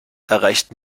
erreicht